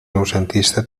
noucentista